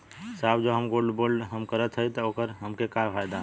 साहब जो हम गोल्ड बोंड हम करत हई त ओकर हमके का फायदा ह?